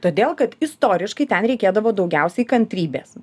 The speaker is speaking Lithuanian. todėl kad istoriškai ten reikėdavo daugiausiai kantrybės